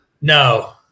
No